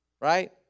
Right